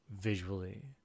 visually